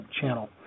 channel